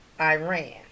Iran